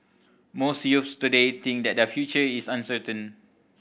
most youths today think that their future is uncertain